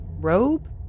robe